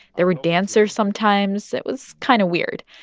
there were dancers sometimes. it was kind of weird.